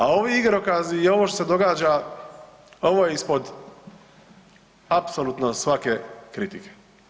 A ovi igrokazi i ovo što se događa ovo je ispod apsolutno svake kritike.